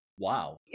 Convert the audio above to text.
Wow